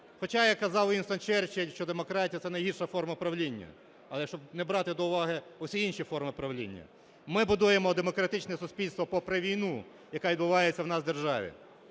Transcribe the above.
Хоча, як казав Вінстон Черчилль, що демократія - це найгірша форма управління, але якщо не брати до уваги всі інші форми правління. Ми будуємо демократичне суспільство попри війну, яка відбувається у нас в державі,